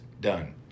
done